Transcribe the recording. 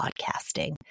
podcasting